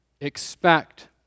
expect